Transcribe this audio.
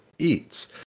Eats